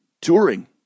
touring